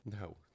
No